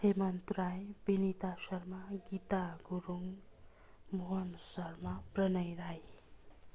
Hemant Rai Binita Sharma Gita Gurung Mohan Sharma Pranay Rai